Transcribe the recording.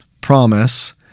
promise